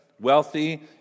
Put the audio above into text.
wealthy